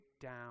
down